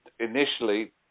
initially